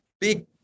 big